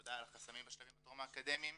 עבודה על החסמים בשלבים הטרום אקדמיים,